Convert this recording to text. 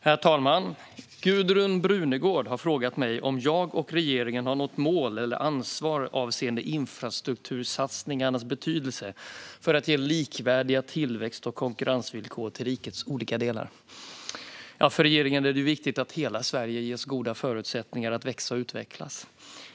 Herr talman! Gudrun Brunegård har frågat mig om jag och regeringen har något mål eller ansvar avseende infrastruktursatsningarnas betydelse för att ge likvärdiga tillväxt och konkurrensvillkor till rikets olika delar. För regeringen är det viktigt att hela Sverige ges goda förutsättningar att växa och utvecklas.